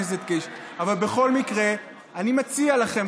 לכן אני מציע לכם,